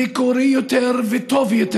מקורי יותר וטוב יותר,